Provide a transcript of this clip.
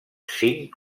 cinc